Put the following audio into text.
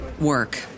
work